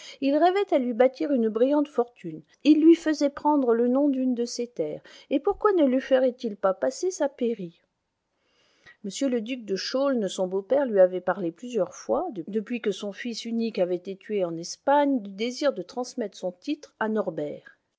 il rêvait à lui bâtir une brillante fortune il lui faisait prendre le nom d'une de ses terres et pourquoi ne lui ferait-il pas passer sa pairie m le duc de chaulnes son beau-père lui avait parlé plusieurs fois depuis que son fils unique avait été tué en espagne du désir de transmettre son titre à norbert